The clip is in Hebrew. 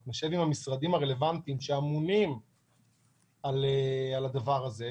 אנחנו נשב עם המשרדים הרלוונטיים שאמונים על הדבר הזה,